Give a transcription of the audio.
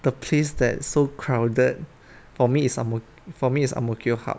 the place that's so crowded for me is for me it's ang mo kio hub